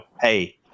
Hey